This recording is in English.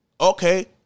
Okay